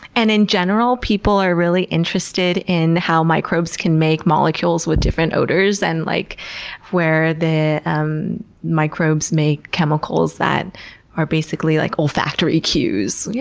and in general, people are really interested in how microbes can make molecules with different odors, and like where the um microbes make chemicals that are like olfactory cues. yeah